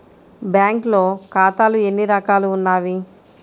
బ్యాంక్లో ఖాతాలు ఎన్ని రకాలు ఉన్నావి?